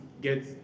get